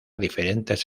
diferentes